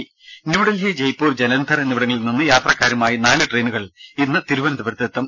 ദരദ ന്യൂഡൽഹി ജയ്പൂർ ജലന്ധർ എന്നിവിടങ്ങളിൽ നിന്ന് യാത്രക്കാരുമായി നാലു ട്രെയിനുകൾ ഇന്ന് തിരുവനന്തപുരത്ത് എത്തും